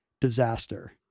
disaster